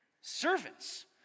Servants